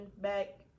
back